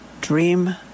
Dream